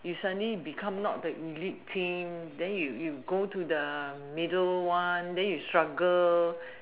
you suddenly become not the elite team then you you go to the middle one then you struggle